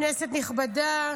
כנסת נכבדה,